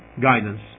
guidance